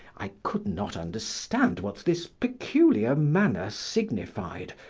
i could not understand what this peculiar manner signified,